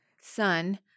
son